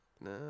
No